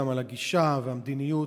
גם על הגישה והמדיניות.